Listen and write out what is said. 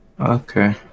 Okay